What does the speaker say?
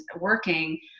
working